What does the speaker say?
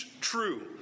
true